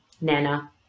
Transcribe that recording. nana